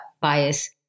bias